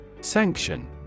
Sanction